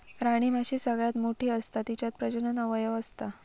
राणीमाशी सगळ्यात मोठी असता तिच्यात प्रजनन अवयव असता